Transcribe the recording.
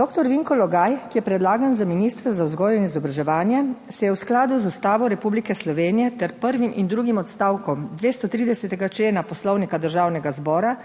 doktor Vinko Logaj, ki je predlagan za ministra za vzgojo in izobraževanje, se je v skladu z Ustavo Republike Slovenije ter prvim in drugim odstavkom 230. člena Poslovnika Državnega zbora